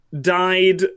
Died